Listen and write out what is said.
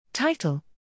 Title